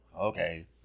Okay